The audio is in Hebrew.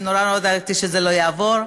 ונורא דאגתי שזה לא יעבור,